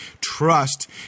trust